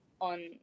on